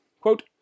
quote